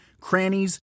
crannies